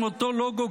עם אותו לוגו,